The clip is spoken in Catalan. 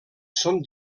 són